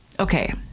Okay